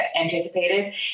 anticipated